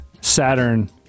Saturn